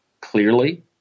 clearly